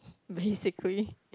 basically